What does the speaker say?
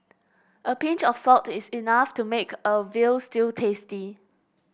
a pinch of salt is enough to make a veal stew tasty